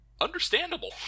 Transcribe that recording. understandable